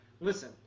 listen